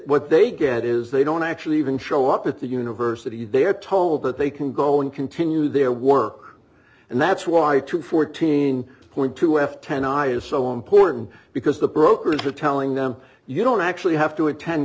what they get is they don't actually even show up at the university they are told that they can go and continue their work and that's why i took fourteen point two f ten i is so important because the brokers are telling them you don't actually have to attend